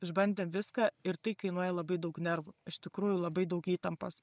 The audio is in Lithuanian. išbandėm viską ir tai kainuoja labai daug nervų iš tikrųjų labai daug įtampos